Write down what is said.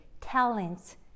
talents